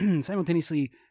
simultaneously